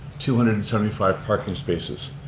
two hundred and seventy five parking spaces.